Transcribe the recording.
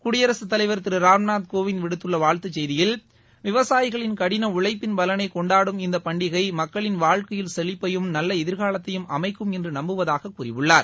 குடியரசுத் தலைவா் திரு ராம்நாத் கோவிந்த் விடுத்துள்ள வாழ்த்துச் செய்தியில் விவசாயிகளின் கடின உழைப்பின் பலனை கொண்டாடும் இந்த பண்டிகை மக்களின் வாழ்க்கையில் செழிப்பையும் நல்ல எதிர்காலத்தையும் அமைக்கும் என்று நம்புவதாகக் கூறியுள்ளார்